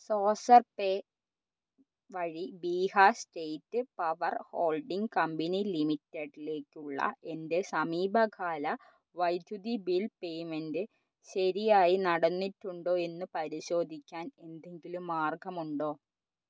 saucer pay വഴി Bihar state power holding company ലിമിറ്റഡിലേക്കുള്ള എൻ്റെ സമീപകാല വൈദ്യുതി ബിൽ പേയ്മെൻ്റ് ശരിയായി നടന്നിട്ടുണ്ടോ എന്ന് പരിശോധിക്കാൻ എന്തെങ്കിലും മാർഗമുണ്ടോ